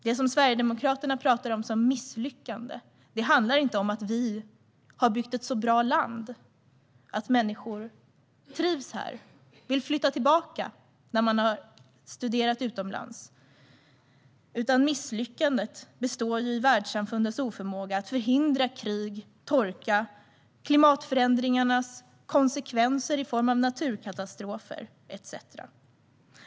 Det Sverigedemokraterna talar om som ett misslyckande handlar inte om att vi har byggt ett så bra land att människor trivs här och vill flytta tillbaka hit efter att ha studerat utomlands. Misslyckandet består i stället i världssamfundets oförmåga att förhindra krig, torka, klimatförändringarnas konsekvenser i form av naturkatastrofer etcetera.